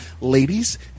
Ladies